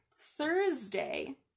Thursday